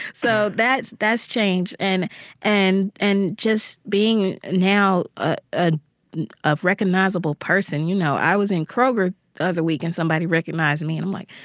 so that's that's changed. and and and just being now ah ah a recognizable person you know, i was in kroger the other week, and somebody recognized me. and i'm like,